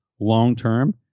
long-term